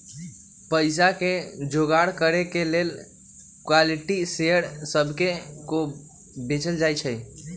पईसा के जोगार करे के लेल इक्विटी शेयर सभके को बेचल जाइ छइ